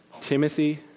Timothy